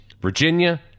Virginia